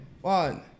one